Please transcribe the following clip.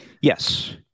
yes